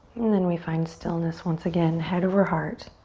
and then we find stillness once again. head over heart,